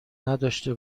نداشته